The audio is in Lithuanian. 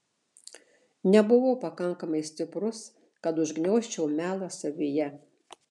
nebuvau pakankamai stiprus kad užgniaužčiau melą savyje